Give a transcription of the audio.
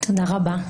תודה רבה.